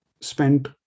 spent